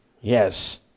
Yes